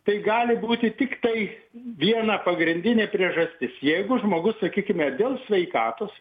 tai gali būti tiktai viena pagrindinė priežastis jeigu žmogus sakykime dėl sveikatos